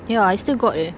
ya I still got eh